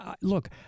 look